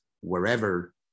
wherever